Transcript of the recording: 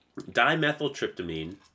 dimethyltryptamine